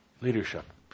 Leadership